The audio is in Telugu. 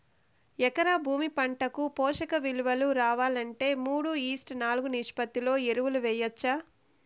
ఎకరా భూమి పంటకు పోషక విలువలు రావాలంటే మూడు ఈష్ట్ నాలుగు నిష్పత్తిలో ఎరువులు వేయచ్చా?